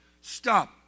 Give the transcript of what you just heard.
stop